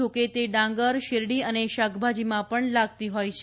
જો કે તે ડાંગર શેરડી અને શાકભાજીમાં પણ લાગતી હોય છે